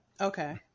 Okay